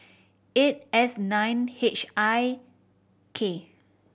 eight S nine H I K